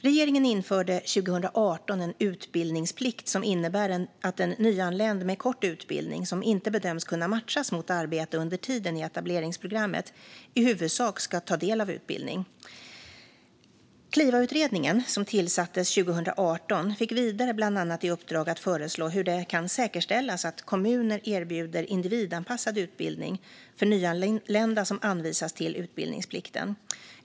Regeringen införde 2018 en utbildningsplikt som innebär att en nyanländ med kort utbildning som inte bedöms kunna matchas mot arbete under tiden i etableringsprogrammet i huvudsak ska ta del av utbildning. Kliva-utredningen, som tillsattes 2018, fick vidare bland annat i uppdrag att föreslå hur det kan säkerställas att kommuner erbjuder individanpassad utbildning för nyanlända som anvisas till utbildningsplikten.